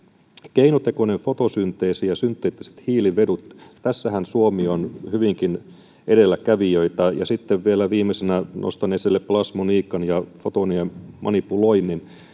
keinotekoinen fotosynteesi ja synteettiset hiilivedyt näissähän suomi on hyvinkin edelläkävijöitä sitten vielä viimeisenä nostan esille plasmoniikan ja fotonien manipuloinnin